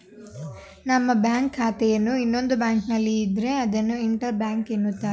ನಮ್ಮ ಬ್ಯಾಂಕ್ ಖಾತೆಯನ್ನು ಇನ್ನೊಂದು ಬ್ಯಾಂಕ್ನಲ್ಲಿ ಇದ್ರೆ ಅದನ್ನು ಇಂಟರ್ ಬ್ಯಾಂಕ್ ಎನ್ನುತ್ತಾರೆ